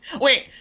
Wait